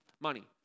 money